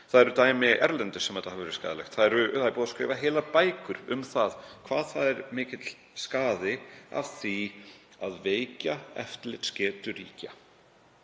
Það eru dæmi erlendis frá um að þetta hafi verið skaðlegt. Það er búið að skrifa heilar bækur um það hvað það er mikill skaði að því að veikja eftirlitsgetu ríkja.